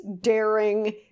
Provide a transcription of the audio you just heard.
daring